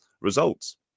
results